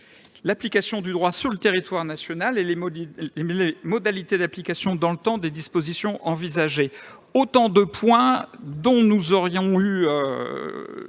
d'application du droit sur le territoire national et les modalités d'application dans le temps des dispositions envisagées. Autant de points qui seraient